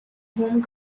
home